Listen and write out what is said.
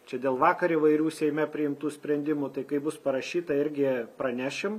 čia dėl vakar įvairių seime priimtų sprendimų tai kai bus parašyta irgi pranešim